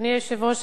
אדוני היושב-ראש,